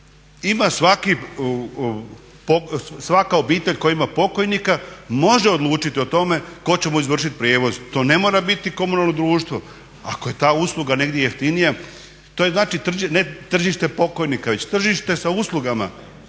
Svaka obitelj koja ima pokojnika može odlučiti o tome tko će mu izvršit prijevoz, to ne mora biti komunalno društvo ako je ta usluga negdje jeftinija. To je znači ne tržište pokojnika već tržište za uslugama.